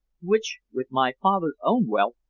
which, with my father's own wealth,